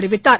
தெரிவித்தார்